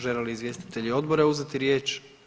Žele li izvjestitelji odbora uzeti riječ?